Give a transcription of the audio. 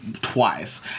twice